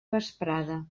vesprada